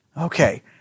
Okay